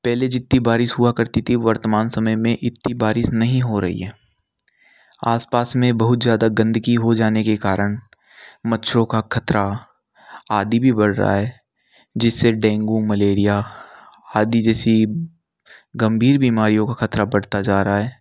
पहले जितनी बारिश हुआ करती थी वर्तमान समय में इतनी बारिश नहीं हो रही है आस पास में बहुत ज़्यादा गंदगी हो जाने के कारण मच्छरों का ख़तरा आदि भी बढ़ रहा है जिससे डेंगू मलेरिया आदि जैसी गंभीर बीमारियों का ख़तरा बढ़ता जा रहा है